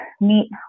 meet